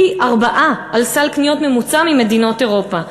פי-ארבעה על סל קניות ממוצע מאשר במדינות אירופה.